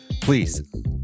Please